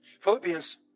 philippians